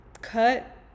cut